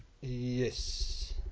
Yes